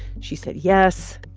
she said yes,